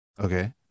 Okay